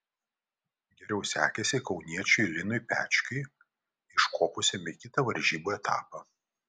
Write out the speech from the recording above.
geriau sekėsi kauniečiui linui pečkiui iškopusiam į kitą varžybų etapą